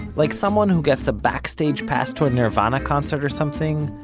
like someone who gets a backstage pass to a nirvana concert or something,